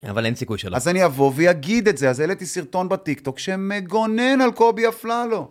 אבל אין סיכוי שלא. אז אני אבוא ואגיד את זה, אז העליתי סרטון בטיקטוק שמגונן על קובי אפללו.